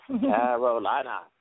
Carolina